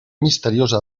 misteriosa